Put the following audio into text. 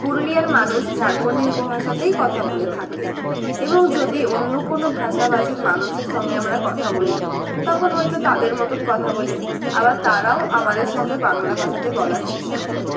পুরুলিয়ার মানুষ ঝাড়খণ্ডী উপভাষাতেই কথা বলে থাকে এবং যদি অন্য কোনো ভাষাভাষী মানুষের সঙ্গে আমরা কথা বলি তখন হয়তো তাদের মতন কথা বলি আবার তারাও আমাদের সঙ্গে বাংলাভাষাতে বলার চেষ্টা করে